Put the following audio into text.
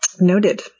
Noted